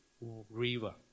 river